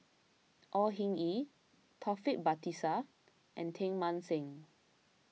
Au Hing Yee Taufik Batisah and Teng Mah Seng